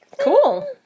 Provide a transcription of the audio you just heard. Cool